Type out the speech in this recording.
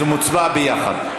זה מוצבע ביחד.